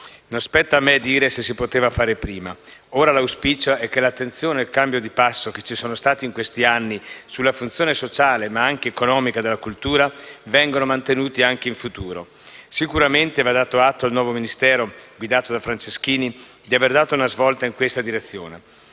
Non spetta a me dire se si poteva fare prima. Ora l'auspicio è che l'attenzione e il cambio di passo che ci sono stati in questi anni sulla funzione sociale, ma anche economica, della cultura vengano mantenuti anche in futuro. Sicuramente va dato atto al nuovo Ministero, guidato da Franceschini, di aver dato una svolta in questa direzione.